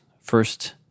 first